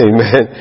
Amen